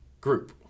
group